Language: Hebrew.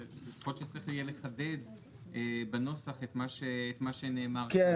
יכול להיות שצריך יהיה לחדד בנוסח את מה שנאמר כאן.